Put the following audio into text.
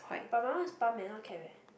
but my one is pump eh not cap eh